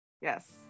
Yes